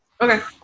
Okay